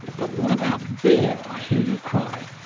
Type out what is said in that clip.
but what about beer, i hear you cry?